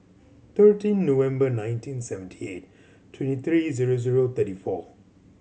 thirteen November nineteen seventy eight twenty three zero zero thirty four